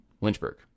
Lynchburg